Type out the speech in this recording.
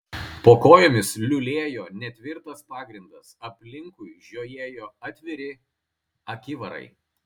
po kojomis liulėjo netvirtas pagrindas aplinkui žiojėjo atviri akivarai